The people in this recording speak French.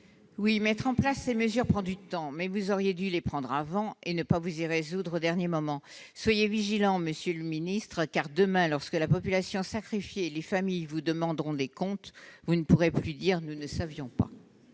Oui, mettre en place de telles mesures nécessite du temps ; mais vous auriez dû les prendre avant, et ne pas vous y résoudre au dernier moment. Soyez vigilant, monsieur le ministre : demain, lorsque la population sacrifiée et les familles vous demanderont des comptes, vous ne pourrez plus dire :« nous ne savions pas ».